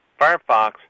Firefox